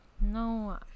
No